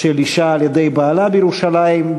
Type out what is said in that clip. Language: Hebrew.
של אישה על-ידי בעלה בירושלים,